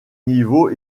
niveau